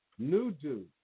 Nudu